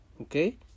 okay